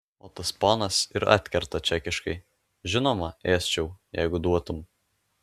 o tas ponas ir atkerta čekiškai žinoma ėsčiau jeigu duotum